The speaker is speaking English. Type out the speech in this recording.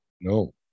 No